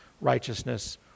righteousness